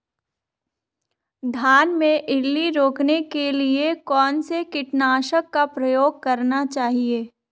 धान में इल्ली रोकने के लिए कौनसे कीटनाशक का प्रयोग करना चाहिए?